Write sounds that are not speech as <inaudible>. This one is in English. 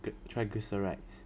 <noise> triglycerides